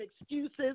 excuses